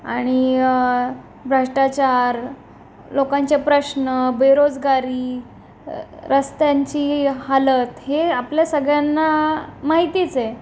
आणि भ्रष्टाचार लोकांचे प्रश्न बेरोजगारी रस्त्यांची हालत हे आपल्या सगळ्यांना माहितीच आहे